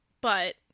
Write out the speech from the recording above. but-